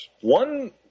One